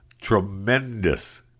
tremendous